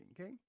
okay